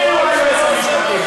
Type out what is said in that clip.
מיהו היועץ המשפטי?